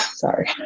sorry